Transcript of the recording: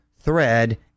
thread